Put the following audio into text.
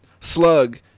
Slug